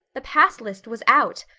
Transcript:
the pass list was out!